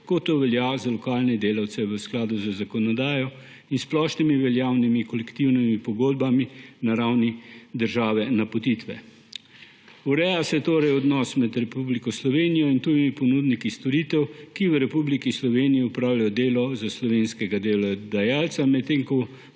kot to velja za lokalne delavce v skladu z zakonodajo in splošnoveljavnimi kolektivnimi pogodbami na ravni države napotitve. Ureja se torej odnos med Republiko Slovenijo in tujimi ponudniki storitev, ki v Republiki Sloveniji opravljajo delo za slovenskega delodajalca,